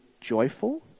joyful